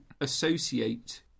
associate